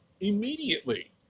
immediately